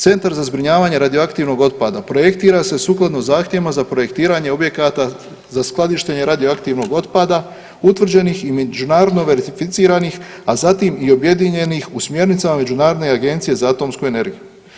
Centar za zbrinjavanje radioaktivnog otpada projektira se sukladno zahtjevima za projektiranje objekata za skladištenje radioaktivnog otpada utvrđenih i međunarodno verificiranih, a zatim i objedinjenih u smjernicama Međunarodne agencije za atomsku energiju.